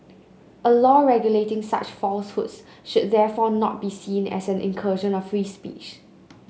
a law regulating such falsehoods should therefore not be seen as an incursion of free speech